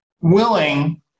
willing